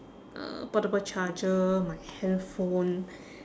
uh portable charger my handphone